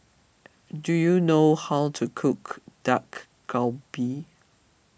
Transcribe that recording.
do you know how to cook Dak Galbi